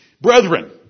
brethren